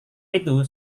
itu